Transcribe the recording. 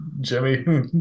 Jimmy